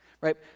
Right